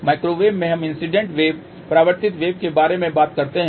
microwave में हम incident wave परावर्तित वेव के बारे में बात करते हैं